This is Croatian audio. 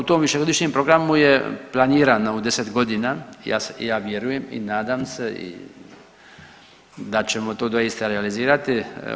U tom višegodišnjem programu je planirano u 10 godina, ja vjerujem i nadam se da ćemo to doista realizirati.